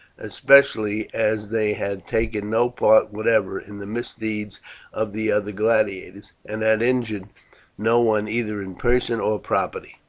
especially as they had taken no part whatever in the misdeeds of the other gladiators, and had injured no one either in person or property.